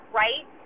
right